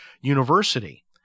university